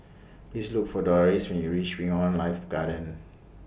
Please Look For Dolores when YOU REACH Wing on Life Garden